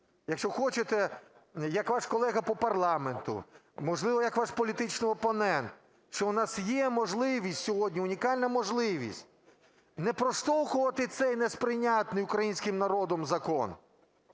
якщо хочете... як ваш колега по парламенту, можливо, як ваш політичний опонент, що у нас є можливість сьогодні, унікальна можливість не прослухувати цей несприйнятний українським народом закон,